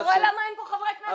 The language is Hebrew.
אתה רואה למה אין פה חברי כנסת?